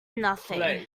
nothing